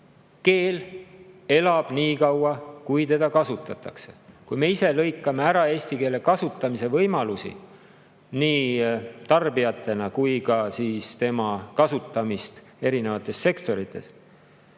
keel elab nii kaua, kui teda kasutatakse. Kui me ise lõikame ära eesti keele kasutamise võimalusi tarbijatena ja ka kasutamist erinevates sektorites,